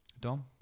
Dom